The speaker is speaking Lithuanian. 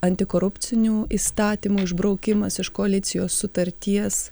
antikorupcinių įstatymų išbraukimas iš koalicijos sutarties